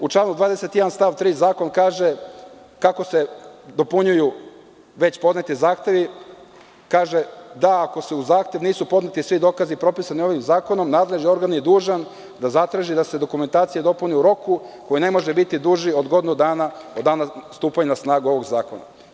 U članu 21. stav 3. zakon kaže kako se dopunjuju već podneti zahtevi: „Ako uz zahtev nisu podneti svi dokazi propisani ovim zakonom, nadležni organ je dužan da zatraži da se dokumentacija dopuni u roku koji ne može biti duži od godinu dana od dana stupanja na snagu ovog zakona“